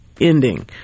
ending